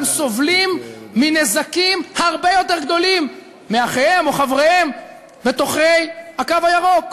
הם סובלים מנזקים הרבה יותר גדולים מאחיהם או חבריהם בתוככי הקו הירוק,